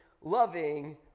loving